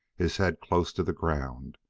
his head close to the ground.